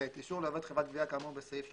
(ב) אישור לעובד חברת גבייה כאמור בסעיף 330י(ב)